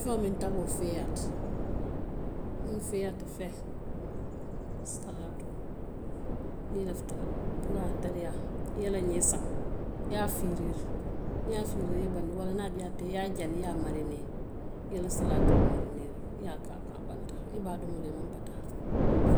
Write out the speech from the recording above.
Kinoo miŋ taboo feeyata, miŋ feeyaata fer salaatoo. niŋ i lafita puru a ye tarayaa, i ye la ñee saŋ, i ye a fiiriiri niŋ i ye a fiiriiri i ye i bandii walla niŋ a diyaata i ye, i ye a jani i ye a maarinee, i ye la salaatoo marinee i ye a ke a kaŋ, a banta i be a domo la, i maŋ bataa.